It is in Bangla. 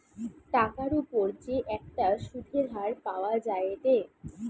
টাকার উপর যে একটা সুধের হার পাওয়া যায়েটে